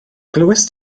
glywaist